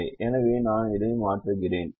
எனவே நான் இதை மாற்றுகிறேன் இதை மாற்றுகிறேன்